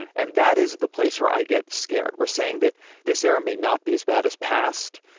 and that is the place where i get scared. we're saying that this era may not be as bad as past,